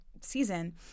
season